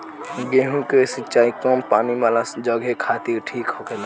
गेंहु के सिंचाई कम पानी वाला जघे खातिर ठीक होखेला